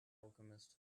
alchemist